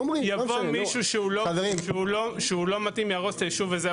אומרים מישהו שהוא לא מתאים יהרוס את הישוב וזה.